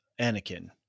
Anakin